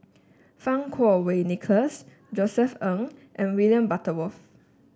Fang Kuo Wei Nicholas Josef Ng and William Butterworth